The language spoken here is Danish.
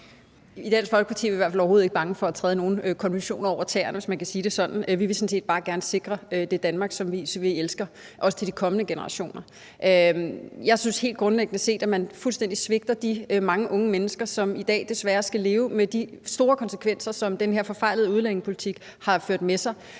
er vi i hvert fald overhovedet ikke bange for at træde nogen konventioner over tæerne, hvis man kan sige det sådan. Vi vil sådan set bare gerne sikre det Danmark, som vi elsker, også til de kommende generationer. Jeg synes helt grundlæggende set, at man fuldstændig svigter de mange unge mennesker, som i dag desværre skal leve med de store konsekvenser, som den her forfejlede udlændingepolitik har ført med sig.